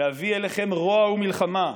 להביא אליכם רוע ומלחמה,